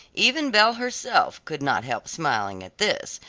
even belle herself could not help smiling at this,